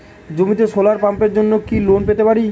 জমিতে সোলার পাম্পের জন্য কি লোন পেতে পারি?